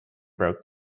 broke